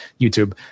YouTube